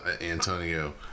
Antonio